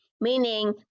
meaning